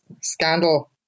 scandal